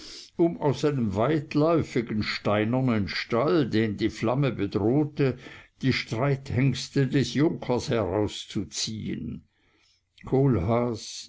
um aus einem weitläufigen steinernen stall den die flamme bedrohte die streithengste des junkers herauszuziehen kohlhaas